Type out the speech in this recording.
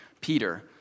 Peter